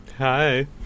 Hi